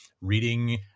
reading